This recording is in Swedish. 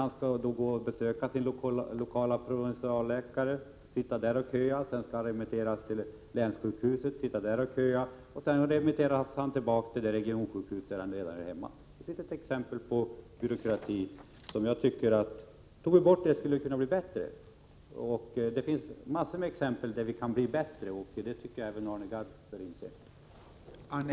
Han skall då köa hos sin lokala provinsialläkare och sedan remitteras till länssjukhuset för att köa där. Han remitteras därefter tillbaka till det regionsjukhus där han redan hör hemma. Det är litet exempel på byråkrati, som skulle kunna tas bort för att förbättra situationen. Det finns massor av exempel där det kan bli bättre, och det bör även Arne Gadd inse.